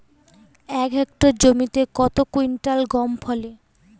এক হেক্টর জমিতে কত কুইন্টাল গম ফলে?